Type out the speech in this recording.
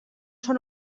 són